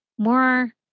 more